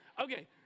okay